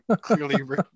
clearly